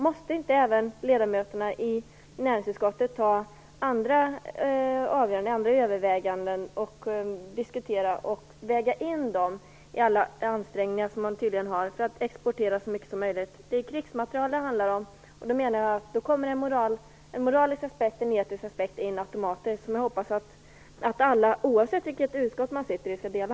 Måste inte även ledamöterna i näringsutskottet diskutera andra överväganden och väga in dessa i sina ansträngningar att exportera så mycket som möjligt? Det är krigsmateriel det handlar om. Då menar jag att det automatiskt kommer in en moralisk aspekt och en etisk aspekt som alla, oavsett vilket utskott man sitter i, borde dela.